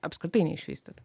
apskritai neišvystyta